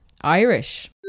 Irish